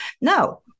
no